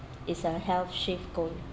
is a healthshield gold